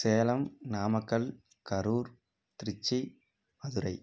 Salem Namakkal Karur Tiruchi Madurai